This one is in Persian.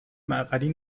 مقعدی